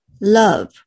love